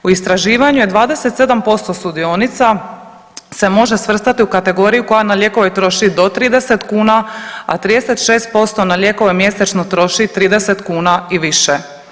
U istraživanju je 27% sudionica se može svrstati u kategoriju koja na lijekove troši do 30 kuna, a 36% na lijekove mjesečno troši 30 kuna i više.